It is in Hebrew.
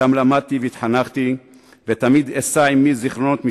שם למדתי והתחנכתי ותמיד אשא עמי זיכרונות משם.